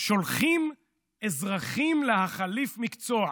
שולחים אזרחים להחליף מקצוע.